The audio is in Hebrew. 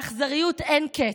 באכזריות אין קץ.